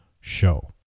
show